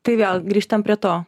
tai vėl grįžtam prie to